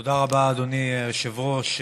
תודה רבה, אדוני היושב-ראש.